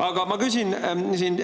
Aga ma küsin.